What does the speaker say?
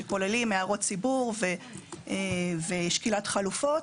שכוללים הערות ציבור ושקילת חלופות.